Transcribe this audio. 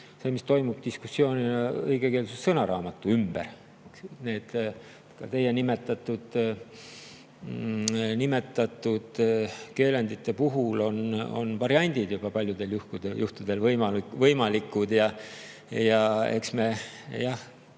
see, mis toimub diskussioonina õigekeelsussõnaraamatu ümber. Nende teie nimetatud keelendite puhul on variandid juba paljudel juhtudel võimalikud. Ja eks me